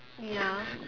ya